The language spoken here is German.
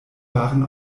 waren